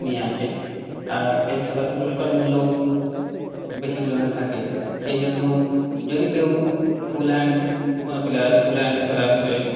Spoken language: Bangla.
নিয়ে আসে আর এই খেলার পুরস্কার মূল্যও বেশি পরিমাণে থাকে সেই জন্য যদি কেউ ফুলহ্যান্ড কোনো প্লেয়ার ফুলহ্যান্ড খেলা করে